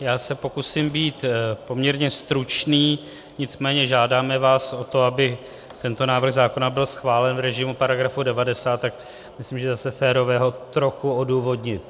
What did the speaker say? já se pokusím být poměrně stručný, nicméně, žádáme vás o to, aby tento návrh zákona byl schválen v režimu § 90, tak myslím, že je zase férové ho trochu odůvodnit.